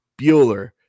Bueller